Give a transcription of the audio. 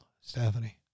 Stephanie